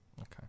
okay